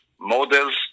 models